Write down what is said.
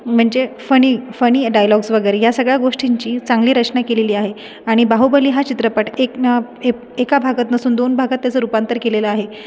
म्हणजे funny funny dialogues वगैरे या सगळ्या गोष्टींची चांगली रचना केलेली आहे आणि बाहुबली हा चित्रपट एक ना ए एका भागात नसून दोन भागात त्याचं रूपांतर केलेलं आहे